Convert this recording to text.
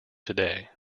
today